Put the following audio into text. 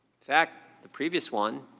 fact, the previous one,